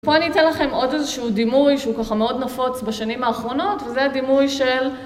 פה אני אתן לכם עוד איזשהו דימוי שהוא ככה מאוד נפוץ בשנים האחרונות וזה הדימוי של...